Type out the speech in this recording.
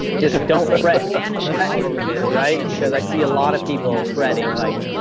just don't fret ah kind of fret over this right because i see a lot of people fretting like.